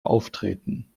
auftreten